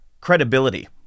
credibility